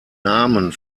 namen